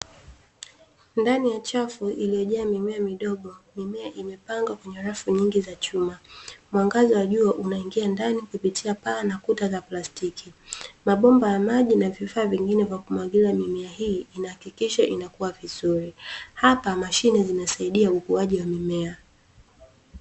Ndani ya chafu iliyojaa mimea midogo mimea imepangwa kwenye rafu nyingi za chuma, mwangaza wa jua unaingia ndani kupitia paa na kuta za plastiki, mabomba ya maji na vifaa vingine vya kumwagilia mimea hii ina hakikisha inakua vizuri, hapa mashine zinasaidia ukuaji wa mimea.